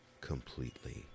completely